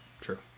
True